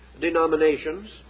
denominations